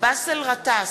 באסל גטאס,